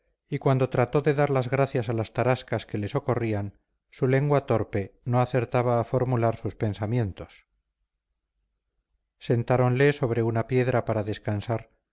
y cuando trató de dar las gracias a las tarascas que le socorrían su lengua torpe no acertaba a formular sus pensamientos sentáronle sobre una piedra para descansar